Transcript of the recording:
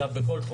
וגם בכל תחום,